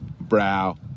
Brow